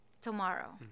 tomorrow